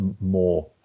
more